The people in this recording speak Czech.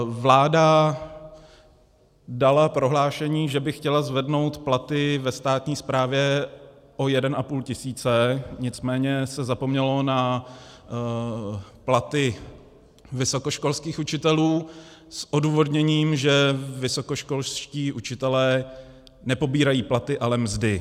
Vláda dala prohlášení, že by chtěla zvednout platy ve státní správě o 1,5 tisíce, nicméně se zapomnělo na platy vysokoškolských učitelů s odůvodněním, že vysokoškolští učitelé nepobírají platy, ale mzdy.